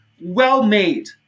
well-made